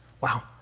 Wow